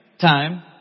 time